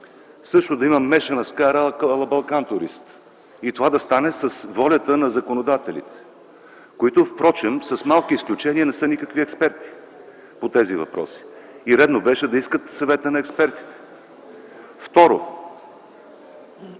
също да има мешана скара „а ла „Балкантурист”. И това да стане с волята на законодателите, които впрочем с малки изключения, не са никакви експерти по тези въпроси и редно беше да искат съвета на експертите. Второ,